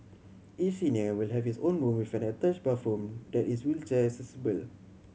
each senior will have his own room with an attached bathroom that is wheelchair accessible